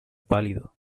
pálido